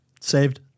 Saved